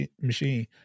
machine